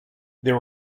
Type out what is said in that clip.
there